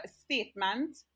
statement